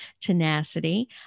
Tenacity